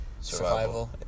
survival